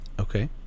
okay